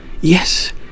yes